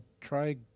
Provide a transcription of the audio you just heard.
try